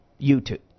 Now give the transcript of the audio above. YouTube